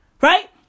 right